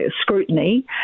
scrutiny